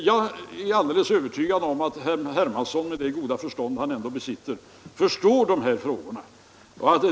Jag är alldeles övertygad om att herr Hermansson, med det goda förstånd han ändå besitter, förstår de här frågorna.